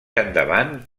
endavant